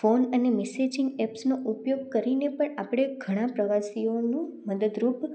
phone messaging એપ્સનો ઉપયોગ કરીને પણ આપણે ઘણા પ્રવાસીઓનું મદદરૂપ